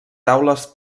taules